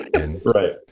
Right